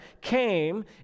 came